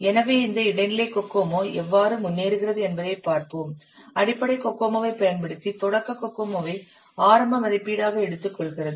எனவே இந்த இடைநிலை கோகோமோ எவ்வாறு முன்னேறுகிறது என்பதைப் பார்ப்போம் அடிப்படை கோகோமோவைப் பயன்படுத்தி தொடக்க கோகோமோவை ஆரம்ப மதிப்பீடாக எடுத்துக்கொள்கிறது